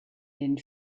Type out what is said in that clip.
denen